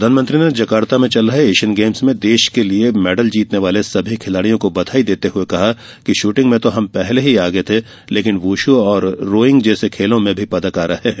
प्रधानमंत्री ने जकार्ता में चल रहे एशियन गेम्स में देश के लिये मैडल जीतने वाले सभी खिलाड़ियों को बधाई देते हुए कहा कि शूटिंग में तो हम पहले ही आगे थे लेकिन बुशू और रोइंग जैसे खेलों में भी पदक आ रहे है